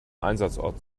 einsatzort